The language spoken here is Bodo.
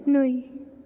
नै